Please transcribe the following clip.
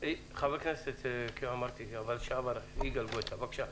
חבר הכנסת לשעבר יגאל גואטה, בבקשה.